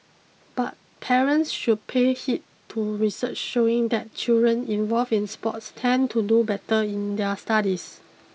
but parents should pay heed to research showing that children involved in sports tend to do better in their studies